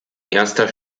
erster